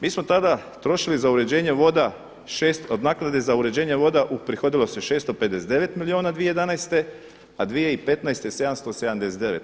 Mi smo tada trošili za uređenje voda, od naknade za uređenje voda uprihodilo se 659 milijuna 2011., a 2015. 779.